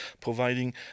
providing